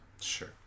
Sure